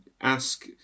ask